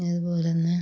അത് പോലെ തന്നെ